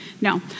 No